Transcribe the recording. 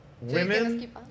women